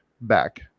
back